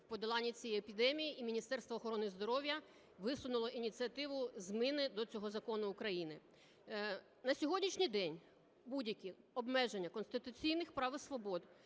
в подоланні цієї епідемії і Міністерство охорони здоров'я висунуло ініціативу зміни до цього Закону України. На сьогоднішній день будь-які обмеження конституційних прав і свобод